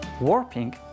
Warping